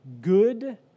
good